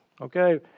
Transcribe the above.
Okay